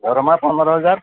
ଦରମା ପନ୍ଦର ହଜାର